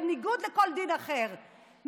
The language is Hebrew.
בניגוד לכל דין אחר,